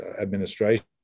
administration